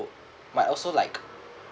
might also like